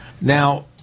Now